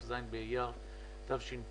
היום 21 במאי, כ"ז באייר, התש"ף.